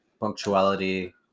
punctuality